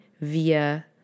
via